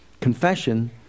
confession